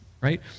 right